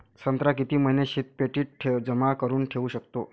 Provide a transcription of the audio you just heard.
संत्रा किती महिने शीतपेटीत जमा करुन ठेऊ शकतो?